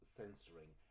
censoring